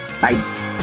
Bye